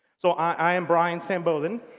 so i am brian sam-bodden.